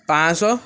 ପାଞ୍ଚଶହ